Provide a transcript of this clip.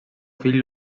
fill